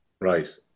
Right